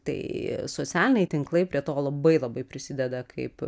tai socialiniai tinklai prie to labai labai prisideda kaip